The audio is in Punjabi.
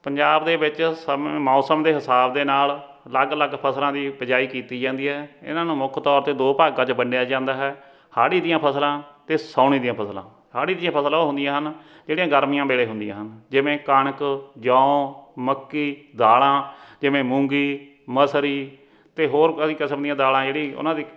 ਪੰਜਾਬ ਦੇ ਵਿੱਚ ਸਮ ਮੌਸਮ ਦੇ ਹਿਸਾਬ ਦੇ ਨਾਲ ਅਲੱਗ ਅਲੱਗ ਫਸਲਾਂ ਦੀ ਬਿਜਾਈ ਕੀਤੀ ਜਾਂਦੀ ਹੈ ਇਹਨਾਂ ਨੂੰ ਮੁੱਖ ਤੌਰ 'ਤੇ ਦੋ ਭਾਗਾਂ 'ਚ ਵੰਡਿਆ ਜਾਂਦਾ ਹੈ ਹਾੜ੍ਹੀ ਦੀਆਂ ਫਸਲਾਂ ਅਤੇ ਸਾਉਣੀ ਦੀਆਂ ਫਸਲਾਂ ਹਾੜ੍ਹੀ ਦੀਆਂ ਫਸਲਾਂ ਉਹ ਹੁੰਦੀਆਂ ਹਨ ਜਿਹੜੀਆਂ ਗਰਮੀਆਂ ਵੇਲੇ ਹੁੰਦੀਆਂ ਹਨ ਜਿਵੇਂ ਕਣਕ ਜੌਂ ਮੱਕੀ ਦਾਲਾਂ ਜਿਵੇਂ ਮੂੰਗੀ ਮਸਰੀ ਅਤੇ ਹੋਰ ਕਈ ਕਿਸਮ ਦੀਆਂ ਦਾਲਾਂ ਜਿਹੜੀ ਉਹਨਾਂ ਦੀ